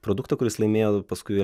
produktą kuris laimėjo paskui